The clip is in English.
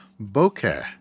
bokeh